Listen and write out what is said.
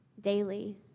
daily